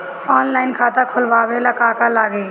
Online खाता खोलबाबे ला का का लागि?